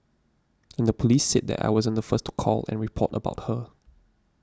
and the police said that I wasn't the first to call and report about her